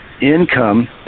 income